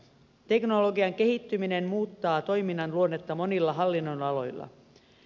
teknologian kehittyminen muuttaa toiminnan luonnetta monilla hallinnonaloilla